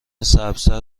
سبزتر